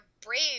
brave